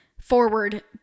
forward